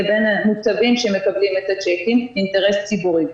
לבין המוצבים שמקבלים את הצ'קים אינטרס ציבורי.